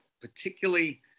particularly